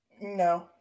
No